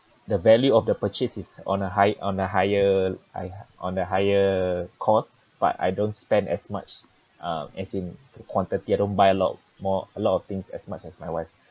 the value of the purchase is on a high on a higher I on the higher cost but I don't spend as much uh as in the quantity I don't buy a lot more a lot of things as much as my wife